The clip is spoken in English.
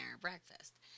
Breakfast